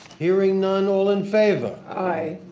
hearing none, all in favor? aye.